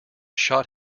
shot